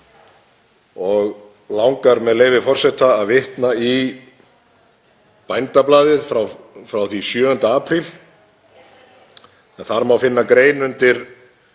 Mig langar, með leyfi forseta, að vitna í Bændablaðið frá 7. apríl en þar má finna grein undir